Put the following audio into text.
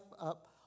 up